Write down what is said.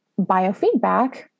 biofeedback